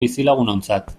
bizilagunontzat